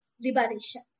liberation